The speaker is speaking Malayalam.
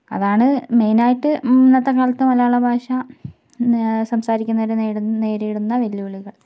അതാണ് മെയിൻ ആയിട്ട് ഇന്നത്തെക്കാലത്ത് മലയാള ഭാഷ സംസാരിക്കുന്നവർ നേരിടുന്ന വെല്ലുവിളികൾ